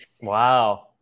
Wow